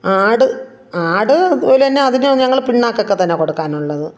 ആട് ആട് ഇതുപോലെ തന്നെ അതിനു ഞങ്ങൾ പിണ്ണാക്കൊക്കെ തന്നെ കൊടുക്കാനുള്ളത്